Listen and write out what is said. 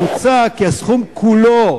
מוצע כי הסכום כולו,